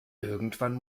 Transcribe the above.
irgendwann